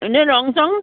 এনেই ৰং চং